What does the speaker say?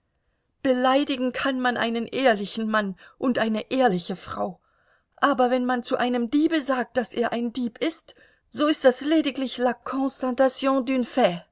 beleidigen kann man einen ehrlichen mann und eine ehrliche frau aber wenn man zu einem diebe sagt daß er ein dieb ist so ist das lediglich